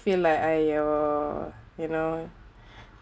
feel like !aiyo! you know